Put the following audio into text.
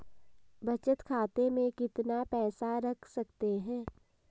बचत खाते में कितना पैसा रख सकते हैं?